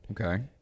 Okay